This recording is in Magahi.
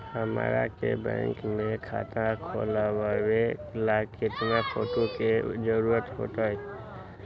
हमरा के बैंक में खाता खोलबाबे ला केतना फोटो के जरूरत होतई?